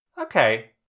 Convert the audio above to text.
Okay